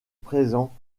présent